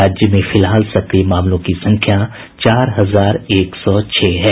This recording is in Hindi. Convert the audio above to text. राज्य में फिलहाल सक्रिय मामलों की संख्या चार हजार एक सौ छह है